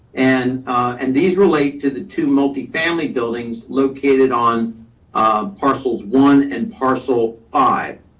and and these relate to the two multifamily buildings located on um parcels one and parcel five.